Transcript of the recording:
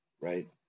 right